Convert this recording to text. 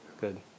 Good